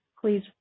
please